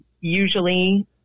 usually